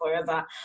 forever